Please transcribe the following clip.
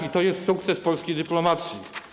I to jest sukces polskiej dyplomacji.